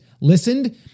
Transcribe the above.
listened